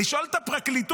לשאול את הפרקליטות,